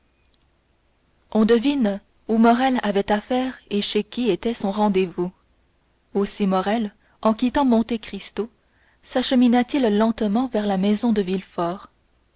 on devine où morrel avait affaire et chez qui était son rendez-vous aussi morrel en quittant monte cristo sachemina t il lentement vers la maison de villefort